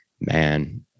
man